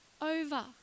over